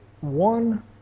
one